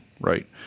right